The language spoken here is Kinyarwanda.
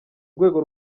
rwego